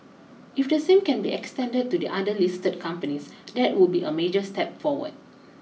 if the same can be extended to the other listed companies that would be a major step forward